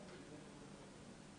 החולים